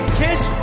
kiss